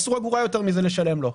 אסור אגורה יותר מזה לשלם לו.